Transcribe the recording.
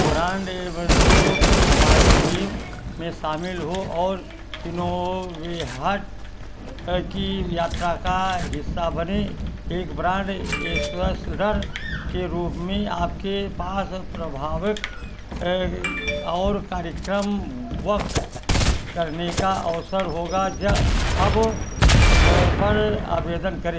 brand ambassador की हमारी team में शामिल हो और इनोवेहट की यात्रा का हिस्सा बनें एक ब्रांड के रूप में आपके पास प्रभावक और कार्यक्रम वक़्त करने का अवसर होगा अब पर आवेदन करे